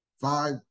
Five